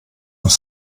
noch